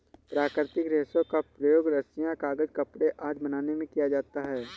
प्राकृतिक रेशों का प्रयोग रस्सियॉँ, कागज़, कपड़े आदि बनाने में किया जाता है